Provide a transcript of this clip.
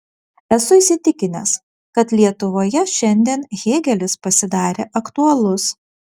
esu įsitikinęs kad lietuvoje šiandien hėgelis pasidarė aktualus